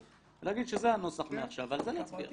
ולהגיד שזה הנוסח מעכשיו ועל זה להצביע.